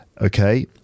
Okay